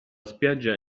spiaggia